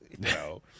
No